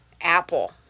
Apple